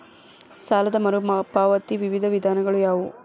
ಸಾಲ ಮರುಪಾವತಿಯ ವಿವಿಧ ವಿಧಾನಗಳು ಯಾವುವು?